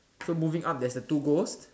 so moving up there's a two ghosts